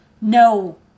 No